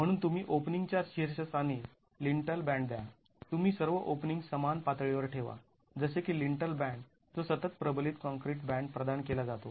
म्हणून तुम्ही ओपनिंग च्या शीर्षस्थानी लिन्टल बॅन्ड द्या तुम्ही सर्व ओपनिंग समान पातळीवर ठेवा जसे की लिन्टल बॅन्ड जो सतत प्रबलित काँक्रीट बॅन्ड प्रदान केला जातो